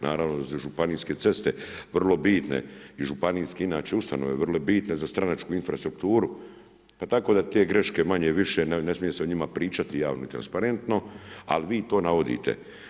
Naravno da su županijske ceste vrlo bitne i županijske inače ustanove vrlo bitne za stranačku infrastrukturu pa tako da te greške manje-više ne smije se o njima pričati javno i transparentno, ali vi to navodite.